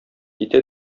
китә